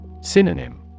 Synonym